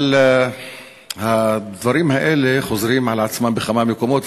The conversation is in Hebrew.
אבל הדברים חוזרים על עצמם בכמה מקומות,